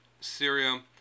Syria